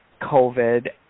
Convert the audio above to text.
COVID